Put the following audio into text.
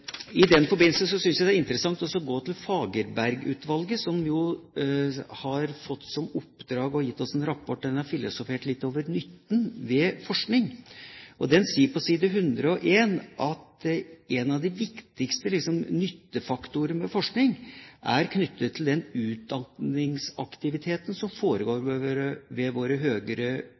I den forbindelse synes jeg det er interessant å gå til Fagerberg-utvalget, som jo har fått i oppdrag å gi oss en rapport der en har filosofert litt over nytten ved forskning. Den sier på s. 101 at en av de viktigste nyttefaktorer ved forskning er knyttet til den utdanningsaktiviteten som foregår ved våre